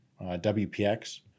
WPX